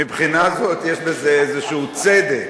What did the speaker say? מבחינה זו, יש בזה איזה צדק,